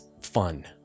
fun